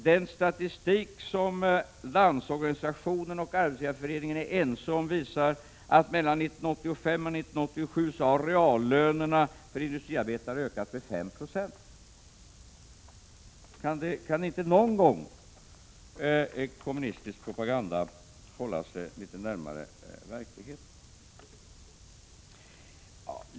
Den statistik som Landsorganisationen och Arbetsgivareföreningen är ense om visar att mellan 1985 och 1987 har reallönerna för industriarbetare ökat med 5 260. Kan inte någon gång kommunistisk propaganda hålla sig litet närmare verkligheten?